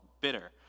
bitter